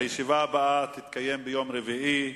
הישיבה הבאה תתקיים ביום רביעי,